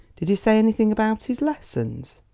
did he say anything about his lessons?